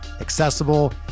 accessible